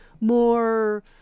more